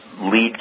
lead